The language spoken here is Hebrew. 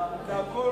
אם לא טוב לך,